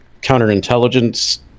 counterintelligence